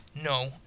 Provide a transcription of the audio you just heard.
no